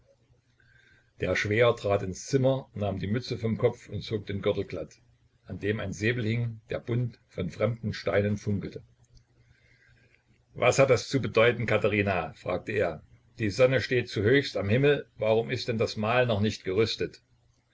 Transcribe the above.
der schwäher trat ins zimmer nahm die mütze vom kopf und zog den gürtel glatt an dem ein säbel hing der bunt von fremden steinen funkelte was hat das zu bedeuten katherina fragte er die sonne steht zuhöchst am himmel warum ist denn das mahl noch nicht gerüstet